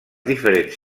diferents